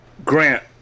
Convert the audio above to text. Grant